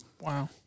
Wow